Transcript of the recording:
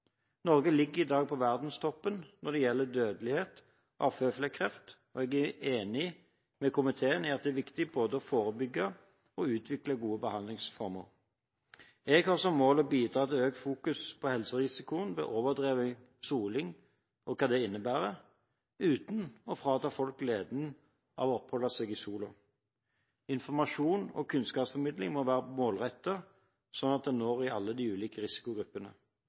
Norge ligger i dag på verdenstoppen når det gjelder dødelighet av føflekkreft, og jeg er enig med komiteen i at det er viktig både å forebygge og å utvikle gode behandlingsformer. Jeg har som mål å bidra til økt fokus på helserisikoen ved overdreven soling og hva det innebærer, uten å frata folk gleden ved å oppholde seg i sola. Informasjon og kunnskapsformidling må være målrettet, slik at den når alle de ulike risikogruppene.